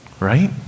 right